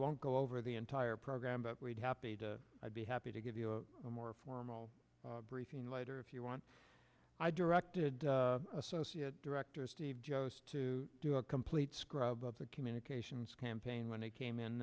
won't go over the entire program but we'd happy to i'd be happy to give you a more formal briefing later if you want i directed associate director steve jones to do a complete scrub of the communications campaign when he came in